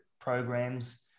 programs